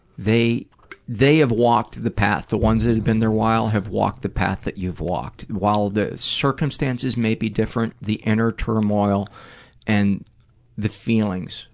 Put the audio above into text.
they they have walked the path. the ones that have been there a while have walked the path that you've walked. while the circumstances may be different, the inner turmoil and the feelings